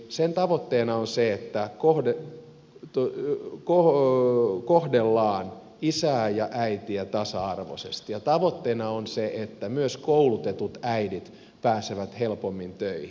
sen tavoitteena on se että kohdellaan isää ja äitiä tasa arvoisesti ja tavoitteena on se että myös koulutetut äidit pääsevät helpommin töihin